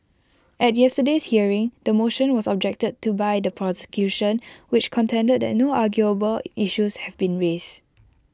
at yesterday's hearing the motion was objected to by the prosecution which contended that no arguable issues have been raised